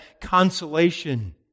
consolation